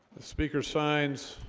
the speaker signs